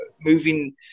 moving